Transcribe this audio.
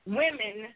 women